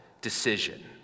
decision